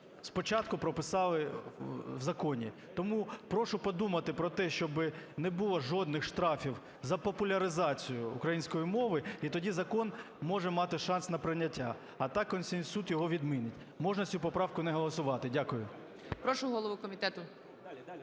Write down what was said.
спочатку прописали в законі. Тому прошу подумати про те, щоби не було жодних штрафів за популяризацію української мови і тоді закон може мати шанс на прийняття. А так Конституційний Суд його відмінить. Можна цю поправку не голосувати. Дякую. ГОЛОВУЮЧИЙ. Прошу голову комітету. (Шум у залі)